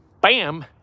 bam